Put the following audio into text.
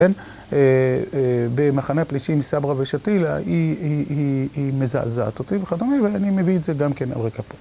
כן, במחנה פלישי עם סברה ושטילה, היא מזעזעת אותי וכדומה, ואני מביא את זה גם כן עורכה פה.